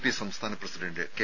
P സംസ്ഥാന president K